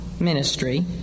ministry